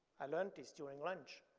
i learned this during lunch.